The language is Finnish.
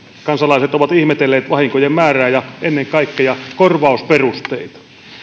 kansalaiset ovat ihmetelleet vahinkojen määrää ja ennen kaikkea korvausperusteita